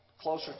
closer